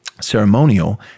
ceremonial